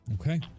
Okay